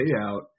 payout